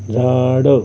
झाड